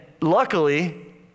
luckily